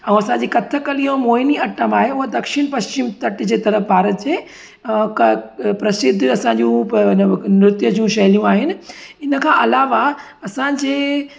ऐं असांजी कथक कली ऐं मोहिनी अटम आहे हुअ दक्षिण पश्चिम तट जे पार जे अ क प्रसिद्ध असां जूं प हिन मूंखे नृत्य जूं शैलियूं आहिनि इन खां अलावा असांजे